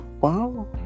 wow